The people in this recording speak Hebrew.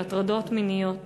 של הטרדות מיניות